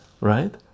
right